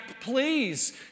please